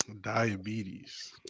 diabetes